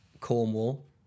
Cornwall